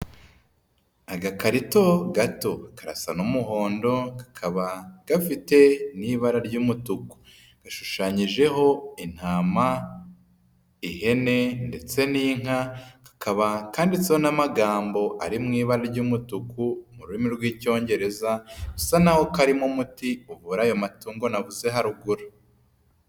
Agakarito gato, karasa n'umuhondo kaba gafite n'ibara ry'umutuku. Gashushanyijeho intama, ihene ndetse n'inka, kakaba kanditseho n'amagambo ari mu ibara ry'umutuku mu rurimi rw'Icyongereza, bisa naho karimo umuti, uvura ayo matungo navuze haruguru.